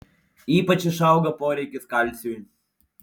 ypač išauga poreikis kalciui